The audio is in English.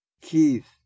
Keith